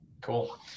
Cool